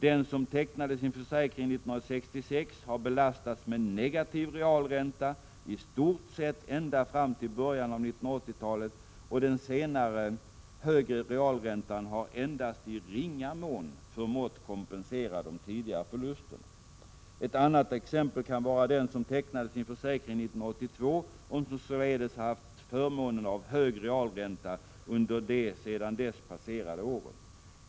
Den som tecknade sin försäkring 1966 har belastats med negativ realränta i stort sett ända fram till början av 1980-talet och den senare högre realräntan har endast i ringa mån förmått kompensera de tidigare förlusterna. Ett annat exempel kan vara den som tecknade sin försäkring 1982 och som således haft förmånen av hög realränta under de sedan dess passerade åren.